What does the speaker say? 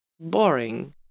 boring